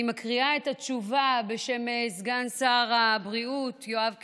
אני מקריאה את התשובה בשם סגן שר הבריאות יואב קיש,